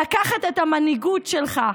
לקחת את המנהיגות שלך,